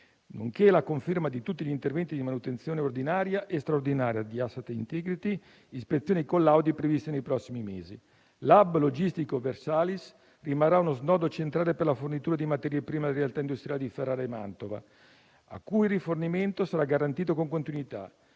nonché la conferma di tutti gli interventi di manutenzione ordinaria e straordinaria, di *asset integrity* e di ispezione e collaudo previsti nei prossimi mesi. L'*hub* logistico Versalis rimarrà uno snodo centrale per la fornitura di materie prime per le realtà industriali di Ferrara e Mantova, alle quali il rifornimento sarà garantito con continuità.